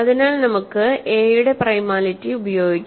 അതിനാൽ നമുക്ക് a യുടെ ഉപയോഗിക്കാം